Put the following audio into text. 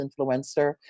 influencer